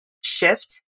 shift